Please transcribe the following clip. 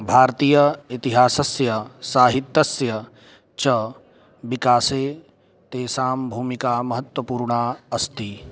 भारतीयं इतिहासस्य साहित्यस्य च विकासे तेषां भूमिका महत्त्वपूर्णा अस्ति